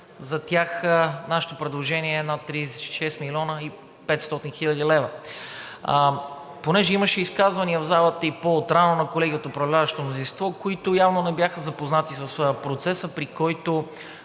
За тях нашето предложение е над 36 млн. и 500 хил. лв. Понеже имаше изказвания в залата и по-отрано на колеги от управляващото мнозинство, които явно не бяха запознати с процеса, при който